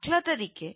દાખલા તરીકે